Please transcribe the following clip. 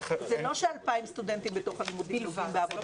זה לא ש-2,000 סטודנטים בתוך הלימודים מתנסים בעבודה,